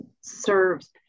serves